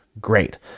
great